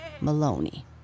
Maloney